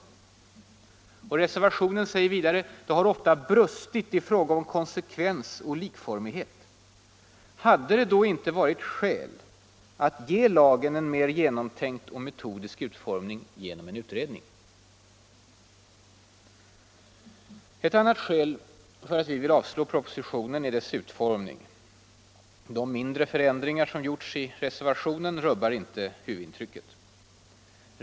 Vidare sägs i reservationen att det ”ofta brustit i fråga om konsekvens och likformighet”. Hade det då inte varit skäl att ge lagen en mer genomtänkt och metodisk utformning genom en utredning? Ett annat skäl för att vi vill avslå propositionen är dess utformning; de mindre förändringar som gjorts i reservationen rubbar inte huvudintrycket.